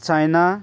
China